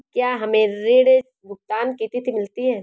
क्या हमें ऋण भुगतान की तिथि मिलती है?